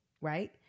Right